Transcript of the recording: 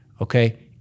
okay